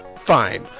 fine